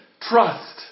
trust